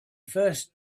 first